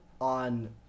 on